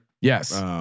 Yes